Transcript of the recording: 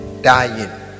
Dying